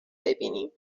بیینیم